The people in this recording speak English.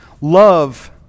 love